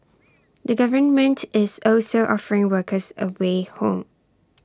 the government is also offering workers A way home